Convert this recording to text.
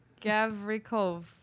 Gavrikov